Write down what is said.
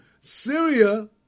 Syria